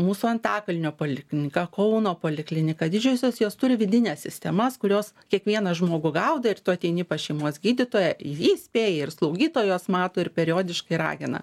mūsų antakalnio poliklinika kauno poliklinika didžiosios jos turi vidines sistemas kurios kiekvieną žmogų gaudo ir tu ateini pas šeimos gydytoją jį įspėja ir slaugytojos mato ir periodiškai ragina